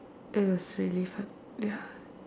it was really fun ya